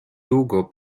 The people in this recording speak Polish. długo